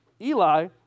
Eli